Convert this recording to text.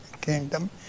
kingdom